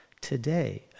today